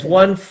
one